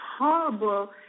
horrible